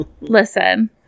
Listen